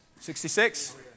66